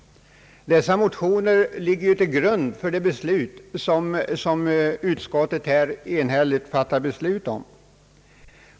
Dessa motioner ligger således till grund för utskottets enhälliga beslut.